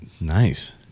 Nice